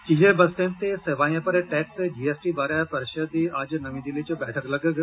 चीजें वस्तें ते सेवाएं पर टैक्स जी एस टी बारै परिषद दी अज्ज नमीं दिल्ली च बैठक लग्ग'ग